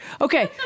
Okay